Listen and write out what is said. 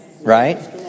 right